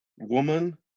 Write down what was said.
Woman